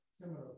similar